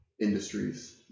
industries